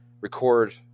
record